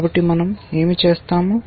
కాబట్టి మనం ఏమి చేసాము